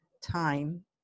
time